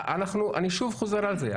אני שוב חוזר על זה.